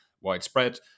widespread